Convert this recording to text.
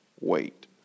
Wait